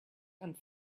and